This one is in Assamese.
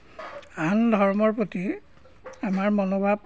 আন ধৰ্মৰ প্ৰতি আমাৰ মনোভাৱ